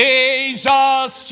Jesus